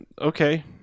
Okay